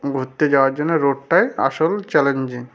ঘুরতে যাওয়ার জন্য রোডটাই আসল চ্যালেঞ্জিং